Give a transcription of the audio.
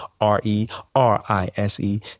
R-E-R-I-S-E